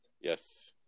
Yes